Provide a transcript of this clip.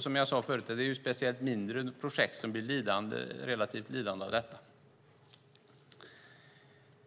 Som jag sade tidigare är det speciellt mindre projekt som blir relativt lidande av detta.